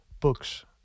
books